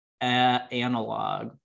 analog